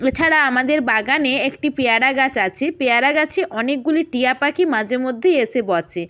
এছাড়া আমাদের বাগানে একটি পেয়ারা গাছ আছে পেয়ারা গাছে অনেকগুলি টিয়া পাখি মাঝেমধ্যেই এসে বসে